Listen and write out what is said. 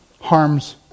harms